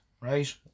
right